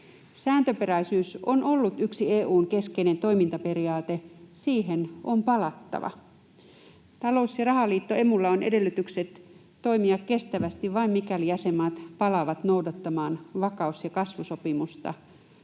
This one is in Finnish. Sääntöperäisyys on ollut yksi EU:n keskeinen toimintaperiaate — siihen on palattava. Talous- ja rahaliitto Emulla on edellytykset toimia kestävästi vain, mikäli jäsenmaat palaavat noudattamaan vakaus- ja kasvusopimusta.